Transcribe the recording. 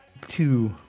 two